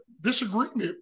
disagreement